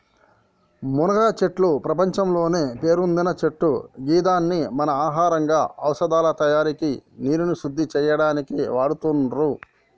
మునగచెట్టు ప్రపంచంలోనే పేరొందిన చెట్టు గిదాన్ని మానవ ఆహారంగా ఔషదాల తయారికి నీరుని శుద్ది చేయనీకి వాడుతుర్రు